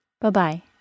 Bye-bye